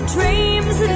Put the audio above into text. dreams